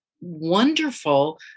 wonderful